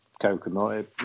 coconut